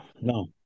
no